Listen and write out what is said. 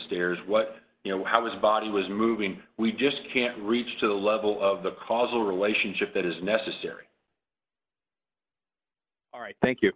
stairs what you know how his body was moving we just can't reach to the level of the causal relationship that is necessary all right thank you